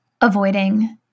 avoiding